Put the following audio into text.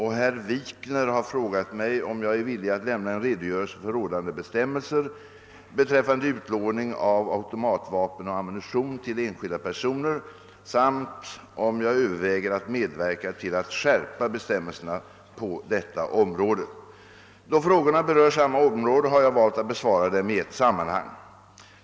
Herr Wikner har frågat mig om jag är villig att lämna en redogörelse för rådande bestämmelser beträffande utlåning av automatvapen och ammunition till enskilda personer samt om jag överväger att medverka till att skärpa bestämmelserna på detta område. Då frågorna berör samma område har jag valt att besvara dem i ett sammanhang.